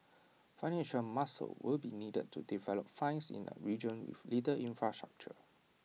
financial muscle will be needed to develop finds in A region with little infrastructure